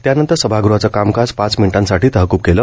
त्यानंतर सभागृहाचं कामकाज पाच मिनिटांसाठी तहकूब केलं